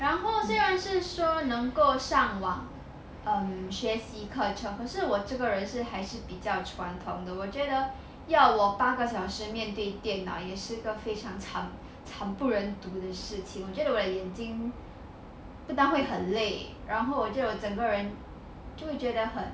然后虽然是说能够上网 um 学习课程可是我这个人是还是比较传统的我觉得要我八个小时面对电脑也是一个非常惨不忍睹的事情应为我眼睛不单会很累然后就整个人就会觉得很